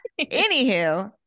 Anywho